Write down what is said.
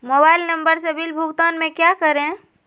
Mobile number से bill भुगतान में क्या करें?